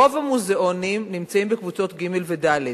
רוב המוזיאונים נמצאים בקבוצות ג' וד'.